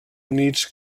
units